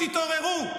תתעוררו.